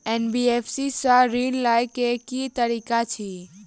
NBFC सँ ऋण लय केँ की तरीका अछि?